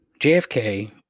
JFK